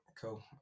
cool